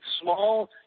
small